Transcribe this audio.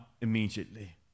immediately